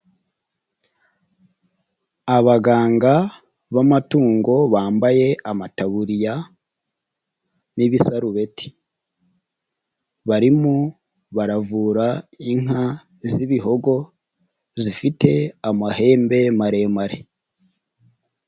Abaganga b'amatungo bambaye amataburiya n'ibisarubeti, barimo baravura inka z'ibihogo zifite amahembe maremare.